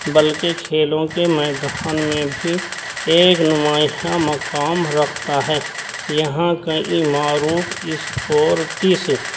بلکہ کھیلوں کے میدان میں بھی ایک نمایاں مقام رکھتا ہے یہاں کا کئی معروف اسپورٹس